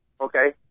Okay